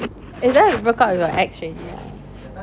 eh then you broke up with your ex already ah